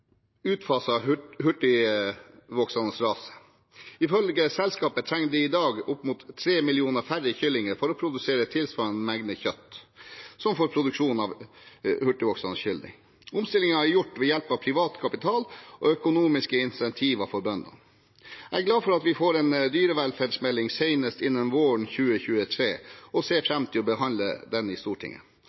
hurtigvoksende raser. Ifølge selskapet trenger de i dag opp mot 3 millioner færre kyllinger for å produsere tilsvarende mengde kjøtt som for produksjon av hurtigvoksende kylling. Omstillingen er gjort ved hjelp av privat kapital og økonomiske insentiver for bøndene. Jeg er glad for at vi får en dyrevelferdsmelding senest innen våren 2023, og ser fram til å behandle den i Stortinget.